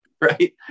Right